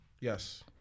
Yes